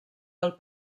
del